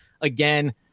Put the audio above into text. Again